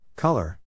Color